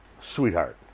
Sweetheart